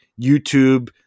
YouTube